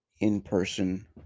in-person